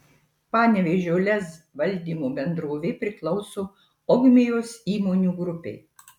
panevėžio lez valdymo bendrovė priklauso ogmios įmonių grupei